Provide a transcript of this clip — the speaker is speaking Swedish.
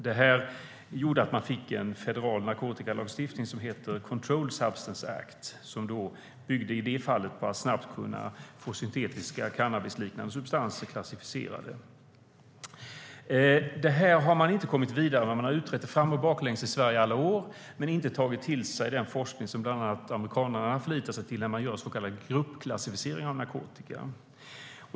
Det gjorde att man fick en federal narkotikalagstiftning, controlled substances act, och som i det fallet byggde på att snabbt kunna få syntetiska cannabisliknande substanser klassificerade. Det har man inte kommit vidare med i Sverige. Man har utrett det fram och baklänges i alla år men inte tagit till sig den forskning som bland annat amerikanerna förlitar sig på när de gör så kallade gruppklassificeringar av narkotika.